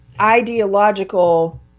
ideological